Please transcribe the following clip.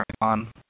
on